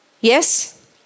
Yes